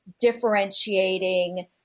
differentiating